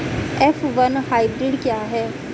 F one hybrid क्या है?